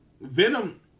Venom